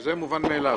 וזה מובן מאליו.